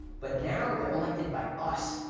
but now, they are elected by us,